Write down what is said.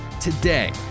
Today